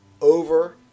over